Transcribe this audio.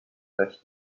touched